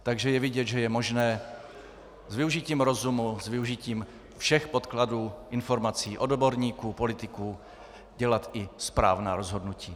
Takže je vidět, že je možné s využitím rozumu, s využitím všech podkladů, informací od odborníků, politiků, dělat i správná rozhodnutí.